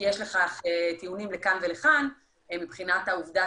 כי יש טיעונים לכאן ולכאן מבחינת העובדה